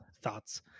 thoughts